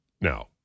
Now